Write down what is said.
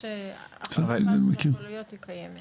של ההודעות הקוליות היא קיימת.